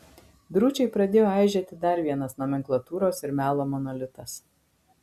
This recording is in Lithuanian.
drūčiai pradėjo aižėti dar vienas nomenklatūros ir melo monolitas